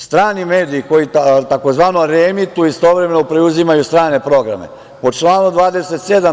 Strani mediji koji tzv. reemituju, istovremeno preuzimaju strane programe, po članu 27.